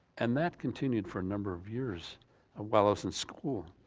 and that continued for a number of years ah while i was in school.